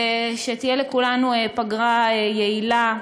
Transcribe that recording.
שתהיה לכולנו פגרה יעילה.